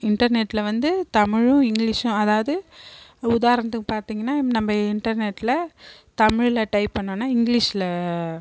இன்டர்நெட்டில் வந்து தமிழும் இங்கிலீஷும் அதாவது உதாரணத்துக்கு பார்த்திங்கனா நம்ம இன்டர்நெட்டில் தமிழில் டைப் பண்ணோம்னா இங்கிலீஷில்